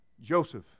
Joseph